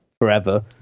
forever